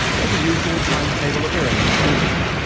to the usual timetable of their own choosing.